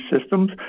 systems